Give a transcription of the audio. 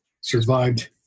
survived